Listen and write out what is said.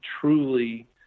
truly